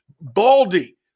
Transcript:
Baldy